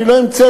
אני לא המצאתי.